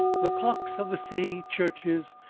the clocks of the city churches,